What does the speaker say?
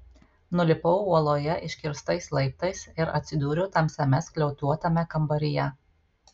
nulipau uoloje iškirstais laiptais ir atsidūriau tamsiame skliautuotame kambaryje